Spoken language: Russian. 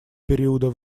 периода